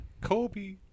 Kobe